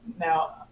now